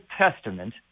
Testament